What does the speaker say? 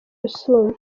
rusumo